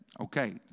Okay